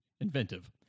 inventive